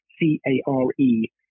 C-A-R-E